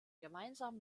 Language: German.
gemeinsam